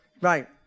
Right